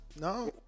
No